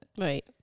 Right